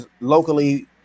locally